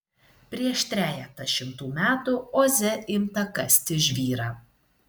prieš trejetą šimtų metų oze imta kasti žvyrą